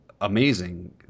amazing